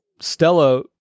Stella